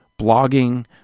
blogging